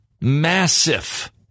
Massive